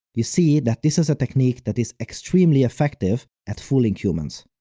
you see that this is a technique that is extremely effective at fooling humans.